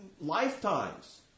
lifetimes